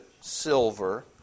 silver